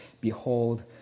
Behold